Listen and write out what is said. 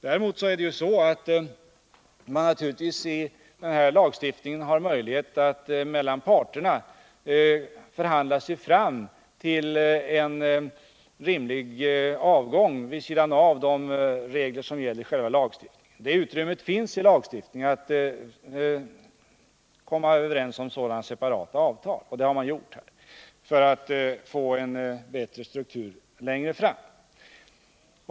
Däremot finns det naturligtvis enligt denna lagstiftning möjlighet för parterna att förhandla sig fram till en rimlig avgång vid sidan av de regler som gäller i själva lagen. Det utrymmet finns alltså. Det går att komma överens om sådana separata avtal, och det har man gjort här för att få en bättre struktur längre fram.